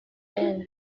ben